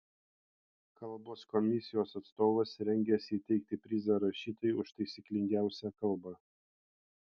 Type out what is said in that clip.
kalbos komisijos atstovas rengiasi įteikti prizą rašytojui už taisyklingiausią kalbą